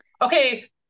Okay